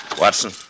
Watson